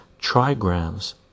trigrams